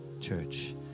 church